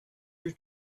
your